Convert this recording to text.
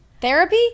Therapy